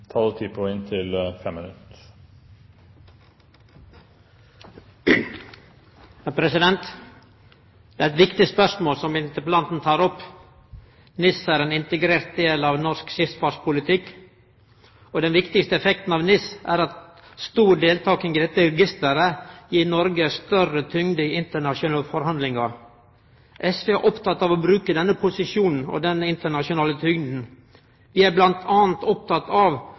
ein integrert del av norsk skipsfartspolitikk. Den viktigaste effekten av NIS er at stor deltaking i dette registeret gir Noreg større tyngd i internasjonale forhandlingar. SV er oppteke av å bruke denne posisjonen og den internasjonale tyngda. Vi er bl.a. opptekne av